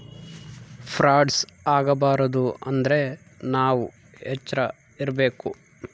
frauds ಆಗಬಾರದು ಅಂದ್ರೆ ನಾವ್ ಎಚ್ರ ಇರ್ಬೇಕು